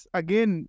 again